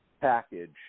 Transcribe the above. package